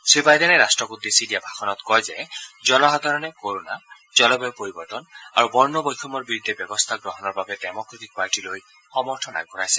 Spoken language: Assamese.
শ্ৰীবাইডেনে ৰাষ্টক উদ্দেশ্যি দিয়া ভাষণত কয় যে জনসাধাৰণে কৰ'না জলবায় পৰিৱৰ্তন আৰু বৰ্ণ বৈষম্যৰ বিৰুদ্ধে ব্যৱস্থা গ্ৰহণৰ বাবে ডেম'ক্ৰেটিক পাৰ্টিলৈ সমৰ্থন আগবঢ়াইছে